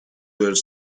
were